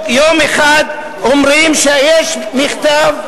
יום אחד אומרים שיש מכתב,